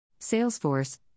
Salesforce